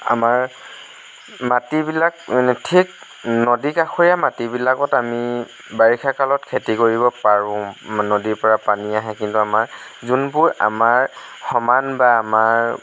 আমাৰ মাটিবিলাক ঠিক নদী কাষৰীয়া মাটিবিলাকত আমি বাৰিষা কালত খেতি কৰিব পাৰোঁ নদীৰ পৰা পানী আহে কিন্তু আমাৰ যোনবোৰ আমাৰ সমান বা আমাৰ